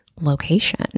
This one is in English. location